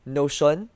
notion